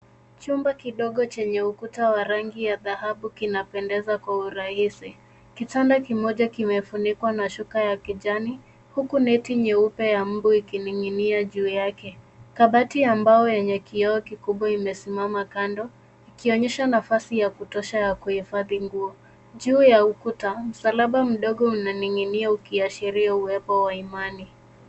Chumba kidogo chenye ukuta wa rangi ya dhahabu kinapendeza kwa urahisi. Kitanda kimoja kimefunikwa na shuka ya kijani huku neti nyeupe ya umbu ikining'inia juu yake. Kabati ya mbao yenye kioo kikubwa imesimama kando ikionyesha nafasi ya kutosha ya kuhifadhi nguo. Juu ya ukuta msalaba mdogo unaning'inia ukiashiria uwepo wa imani.